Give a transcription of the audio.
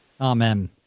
Amen